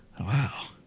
Wow